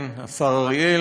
כן, השר אריאל.